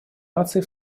наций